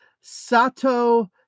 sato